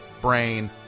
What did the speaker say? brain